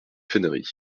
fènerie